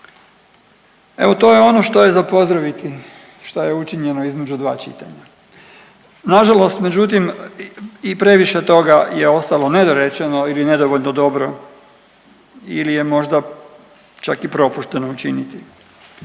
Evo to je ono što je za pozdraviti šta je učinjeno između dva čitanja. Nažalost međutim i previše toga je ostalo nedorečeno ili nedovoljno dobro ili je možda čak i propušteno učiniti,